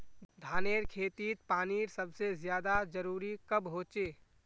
धानेर खेतीत पानीर सबसे ज्यादा जरुरी कब होचे?